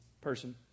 person